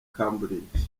cambridge